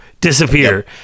disappear